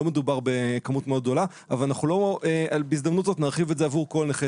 לא מדובר בכמות מאוד גדולה אבל לא בהזדמנות זאת נרחיב את זה עבור כל נכי